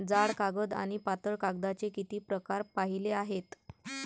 जाड कागद आणि पातळ कागदाचे किती प्रकार पाहिले आहेत?